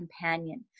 companion